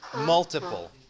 multiple